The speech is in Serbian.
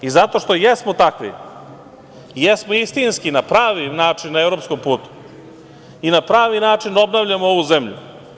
I zato što jesmo takvi, jesmo istinski na pravi način na evropskom putu i na pravi način obnavljamo ovu zemlju.